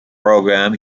program